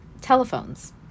telephones